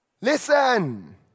listen